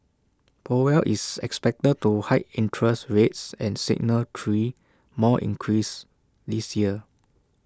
powell is expected to hike interest rates and signal three more increases this year